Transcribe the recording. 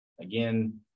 Again